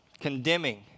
condemning